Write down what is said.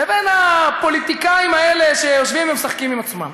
לבין הפוליטיקאים האלה שיושבים ומשחקים עם עצמם.